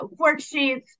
worksheets